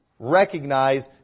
Recognize